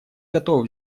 готовы